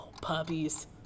Puppies